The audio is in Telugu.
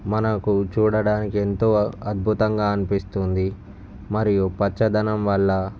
మనకు చూడడానికి ఎంతో అద్భుతంగా అనిపిస్తుంది మరియు పచ్చదనం వల్ల